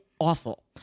awful